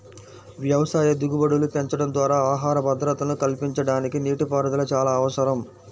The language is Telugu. వ్యవసాయ దిగుబడులు పెంచడం ద్వారా ఆహార భద్రతను కల్పించడానికి నీటిపారుదల చాలా అవసరం